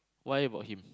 why about him